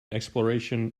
exploration